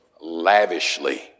lavishly